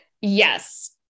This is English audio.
yes